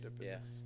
Yes